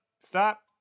Stop